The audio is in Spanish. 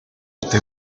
the